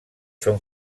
són